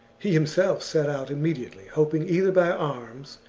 he himself set out immediately, hoping either by arms,